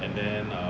and then um